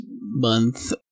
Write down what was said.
month